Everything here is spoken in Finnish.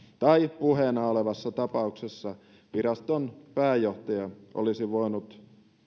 tai puheena olevassa tapauksessa viraston pääjohtaja olisi voinut